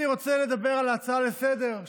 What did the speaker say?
אני רוצה לדבר על ההצעה לסדר-היום,